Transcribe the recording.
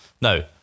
no